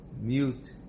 mute